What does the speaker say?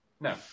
No